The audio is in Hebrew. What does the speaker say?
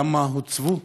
כמה הוצבו?